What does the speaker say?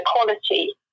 equality